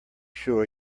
sure